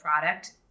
product